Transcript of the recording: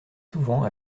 souvent